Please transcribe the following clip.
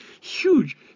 Huge